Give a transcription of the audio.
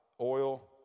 Oil